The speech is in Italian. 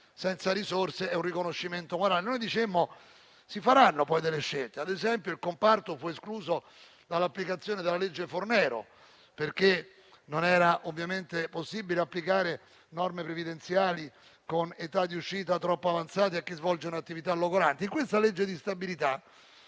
senza risorse è un riconoscimento morale. Noi annunciammo che si sarebbero fatte delle scelte; ad esempio, il comparto fu escluso dall'applicazione della legge Fornero, perché non era ovviamente possibile applicare norme previdenziali con età di uscita troppo avanzata a chi svolge un'attività logorante. In questo disegno di legge